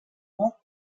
nord